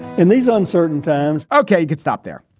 in these uncertain times. ok. good stop there.